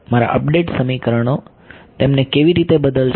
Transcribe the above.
મારા અપડેટ સમીકરણો તેમને કેવી રીતે બદલશે